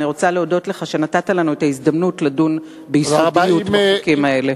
אני רוצה להודות לך על שנתת לנו את ההזדמנות לדון ביסודיות בחוקים האלה.